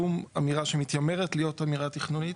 שום אמירה שמתיימרת להיות אמירה תכנונית.